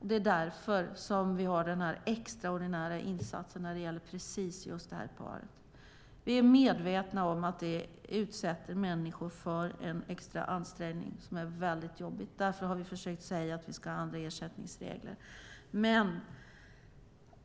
Det är därför som vi har den här extraordinära insatsen när det gäller just det här paret. Vi är medvetna om att detta utsätter människor för en extra ansträngning som är väldigt jobbig. Därför har vi försökt säga att vi ska ha andra ersättningsregler.